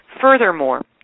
Furthermore